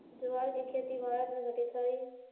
ज्वार के खेती भारत में घटित हइ